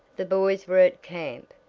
the boys were at camp,